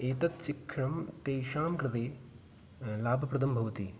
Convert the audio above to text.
एतद् शिक्षणं तेषां कृते लाभप्रदं भवति